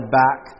back